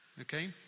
Okay